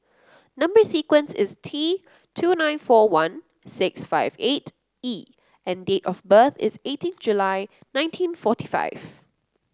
number sequence is T two nine four one six five eight E and date of birth is eighteen July nineteen forty five